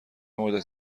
مدت